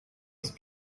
ist